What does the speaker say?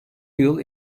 yıl